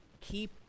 keep